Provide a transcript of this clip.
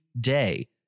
day